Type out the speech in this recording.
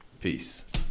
Peace